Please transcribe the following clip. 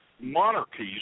monarchies